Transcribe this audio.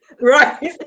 Right